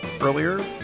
earlier